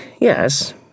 yes